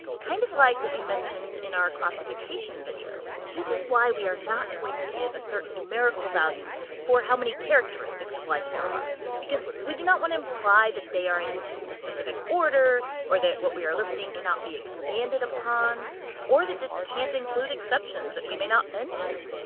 kind of like what we mentioned in our classification video. this is why we are not going to give a certain numerical value for how many characteristics of life there are, because we do not want to imply they are in a specific order or that what we are listing cannot be expanded upon or that this can't include exceptions that we may not mention.